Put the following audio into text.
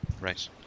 Right